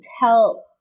help